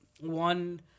one